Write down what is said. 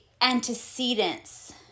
antecedents